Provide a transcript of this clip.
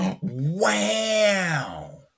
Wow